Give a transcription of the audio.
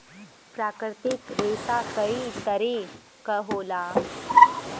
प्राकृतिक रेसा कई तरे क होला